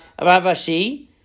Ravashi